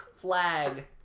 Flag